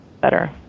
better